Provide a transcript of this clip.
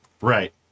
Right